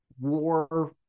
war